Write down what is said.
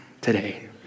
today